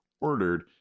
ordered